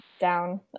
down